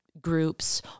groups